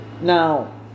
Now